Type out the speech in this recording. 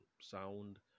sound